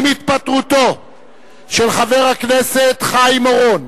עם התפטרותו של חבר הכנסת חיים אורון,